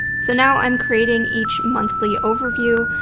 so now i'm creating each monthly overview.